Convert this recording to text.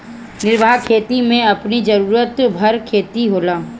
निर्वाह खेती में अपनी जरुरत भर खेती होला